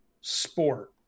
sport